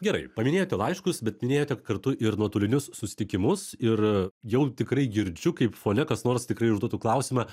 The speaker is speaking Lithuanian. gerai paminėjote laiškus bet minėjote kartu ir nuotolinius susitikimus ir jau tikrai girdžiu kaip fone kas nors tikrai užduotų klausimą